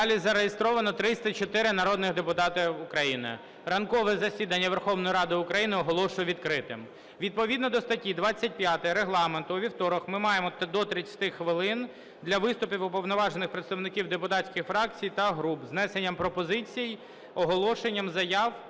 залі зареєстровано 304 народних депутати України. Ранкове засідання Верховної Ради України оголошую відкритим. Відповідно до статті 25 Регламенту у вівторок ми маємо до 30 хвилин для виступів уповноважених представників депутатських фракцій та груп з внесенням пропозицій, оголошенням, заяв